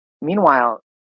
Meanwhile